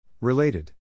Related